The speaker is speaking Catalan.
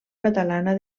catalana